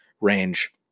range